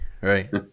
Right